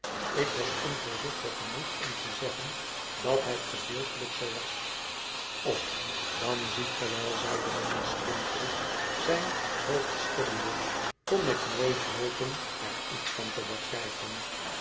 ik was onvoorzichtig genoeg om te zeggen dat het gedeeltelijk zoo was och dan ziet ge wel zeide mijnheer skimpole zijn hoofd schuddende kon ik nooit hopen er iets van te begrijpen